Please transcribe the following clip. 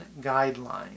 guidelines